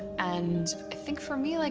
and i think, for me, like